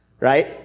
right